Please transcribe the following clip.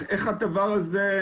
מיישמים את הדבר הזה?